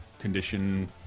condition